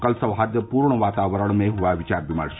कल सौहार्दपूर्ण वातावरण में हुआ विचार विमर्श